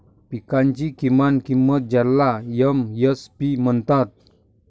पिकांची किमान किंमत ज्याला एम.एस.पी म्हणतात